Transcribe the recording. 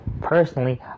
Personally